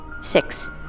six